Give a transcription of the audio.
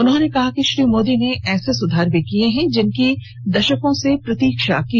उन्होंने कहा कि श्री मोदी ने ऐसे सुधार भी किए हैं जिनकी दशकों से प्रतीक्षा की जा रही थी